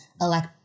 Elect